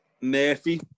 Murphy